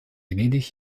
venedig